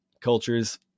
cultures